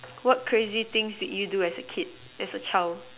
what crazy things did you do as a kid as a child